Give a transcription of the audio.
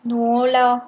no lah